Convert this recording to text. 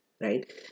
right